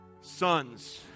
sons